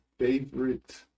favorite